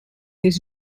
his